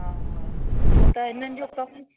हा छो त हिननि जो कमु